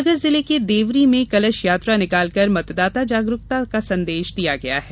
सागर जिले के देवरी में कलश यात्रा निकालकर मतदाता जागरूकता का संदेश दिया गया है